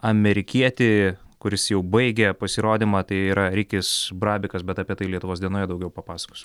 amerikietį kuris jau baigė pasirodymą tai yra rikis brabikas bet apie tai lietuvos dienoje daugiau papasakosiu